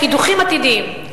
לקידוחים עתידיים.